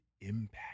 impact